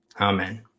Amen